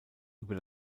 über